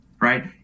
right